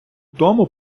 тому